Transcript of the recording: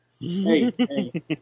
hey